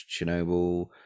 Chernobyl